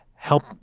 help